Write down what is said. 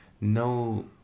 no